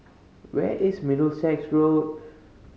where is Middlesex Road